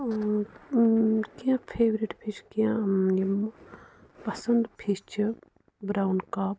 کیٚنٛہہ favourite fish کیٚنٛہہ یِم پَسنٛد فِش چھِ برٛاوُن کپ